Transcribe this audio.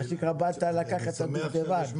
מה שנקרא באת לקחת את הדובדבן.